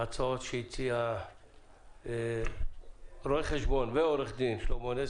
ההצעות שהציע רו"ח ועו"ד שלמה נס